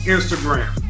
Instagram